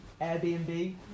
Airbnb